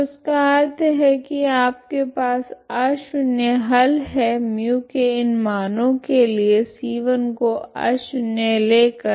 तो इसका अर्थ है की आपके पास अशून्य हल है μ के इन मानो के लिए c1 को अशून्य लेकर